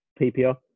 PPR